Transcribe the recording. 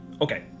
Okay